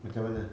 macam mana